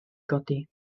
godi